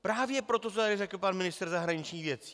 Právě pro to, co tady řekl pan ministr zahraničních věcí.